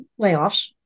layoffs